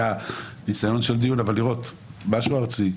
ולראות משהו ארצי,